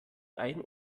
ein